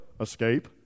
Escape